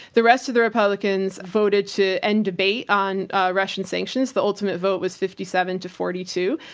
the rest of the republicans voted to end debate on russian sanctions. the ultimate vote was fifty seven to forty two.